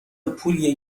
پولیه